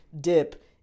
dip